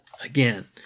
again